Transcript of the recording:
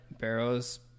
Barrows